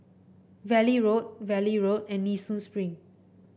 Valley Road Valley Road and Nee Soon Spring